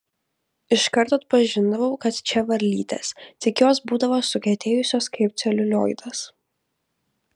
iškart atpažindavau kad čia varlytės tik jos būdavo sukietėjusios kaip celiulioidas